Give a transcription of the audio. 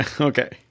okay